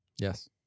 yes